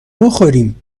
بخوریم